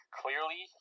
clearly